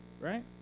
right